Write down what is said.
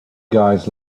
guys